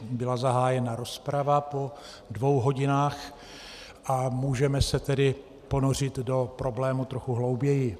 Byla zahájena rozprava po dvou hodinách, a můžeme se tedy ponořit do problému trochu hlouběji.